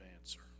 answer